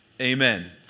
Amen